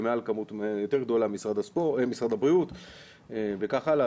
ומעל כמות יותר גדולה משרד הבריאות וכך הלאה,